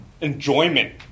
enjoyment